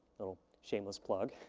little shameless plug.